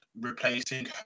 replacing